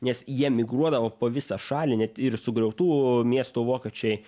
nes jie migruodavo po visą šalį net ir sugriautų miestų vokiečiai